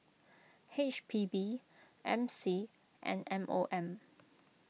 H P B M C and M O M